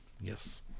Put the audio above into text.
yes